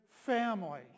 Family